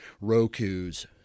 Roku's